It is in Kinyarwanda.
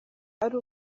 ari